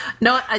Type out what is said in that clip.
no